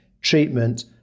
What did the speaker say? treatment